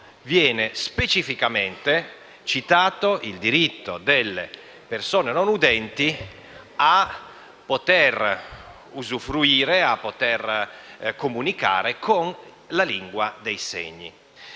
viene specificamente citato il diritto delle persone non udenti a poter comunicare con la lingua dei segni.